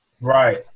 Right